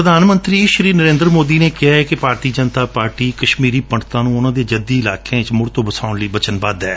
ਪ੍ਰਧਾਨ ਮੰਤਰੀ ਨਰੇਂਦਰ ਮੋਦੀ ਨੇ ਕਿਹੈ ਕਿ ਭਾਰਤੀ ਜਨਤਾ ਪਾਰਟੀ ਕਸ਼ਮੀਰੀ ਪੰਡਤਾਂ ਨੂੰ ਉਨੂਾਂ ਦੇ ਜੱਦੀ ਇਲਾਕਿਆਂ ਵਿਚ ਮੁੜ ਤੋਂ ਵਸਾਉਣ ਲਈ ਬਚਨਬੱਧ ਏ